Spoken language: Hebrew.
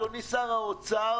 אדוני שר האוצר,